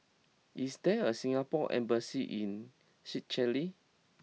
is there a Singapore embassy in Seychelles